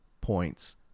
points